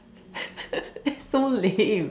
it's so lame